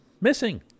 missing